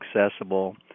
accessible